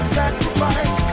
sacrifice